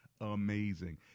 Amazing